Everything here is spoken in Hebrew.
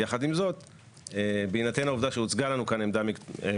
יחד עם זאת בהינתן העובדה שהוצגה לנו כאן עמדה משפטית